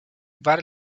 bar